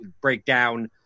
breakdown